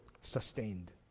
sustained